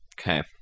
Okay